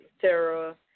Sarah